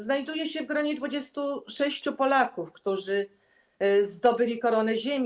Znajduje się w gronie 26 Polaków, którzy zdobyli Koronę Ziemi.